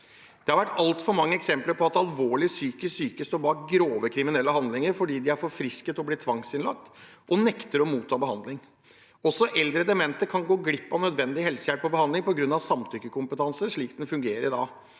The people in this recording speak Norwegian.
Det har vært altfor mange eksempler på at alvorlig psykisk syke står bak grove kriminelle handlinger fordi de er for «friske» til å bli tvangsinnlagt og nekter å motta behandling. Også eldre demente kan gå glipp av nødvendig helsehjelp og behandling pga. samtykkekompetanse slik den fungerer i dag.